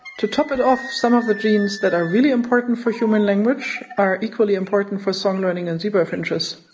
to top it off, some of the genes that are really important for human language are equally important for song learning in zebra finches.